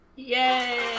Yay